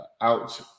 out